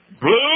blue